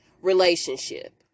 relationship